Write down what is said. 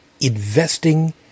investing